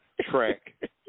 track